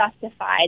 justified